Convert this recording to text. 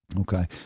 Okay